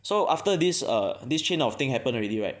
so after this err this chain of thing happen already right